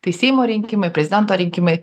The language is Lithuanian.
tai seimo rinkimai prezidento rinkimai